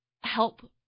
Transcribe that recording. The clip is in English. help